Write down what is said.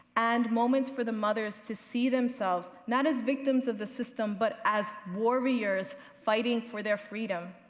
and moments for the mothers to see themselves not as victims of the system, but as warriors fighting for their freedom.